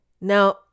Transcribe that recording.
Now